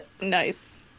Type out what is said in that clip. Nice